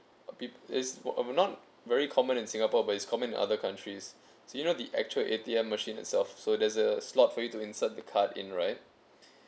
a bit it's not very common in singapore but it's common in other countries you know the actual A_T_M machine itself so there's a slot for you to insert the card in right